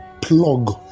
plug